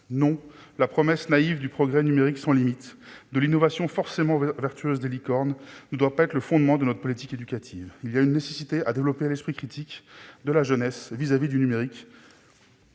Non, la promesse naïve du progrès numérique sans limites, de l'innovation forcément vertueuse des licornes ne doit pas être le fondement de notre politique éducative. Il est nécessaire de développer l'esprit critique de la jeunesse à l'égard du numérique.